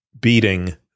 beating